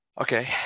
Okay